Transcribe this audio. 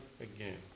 again